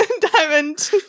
diamond